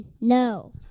no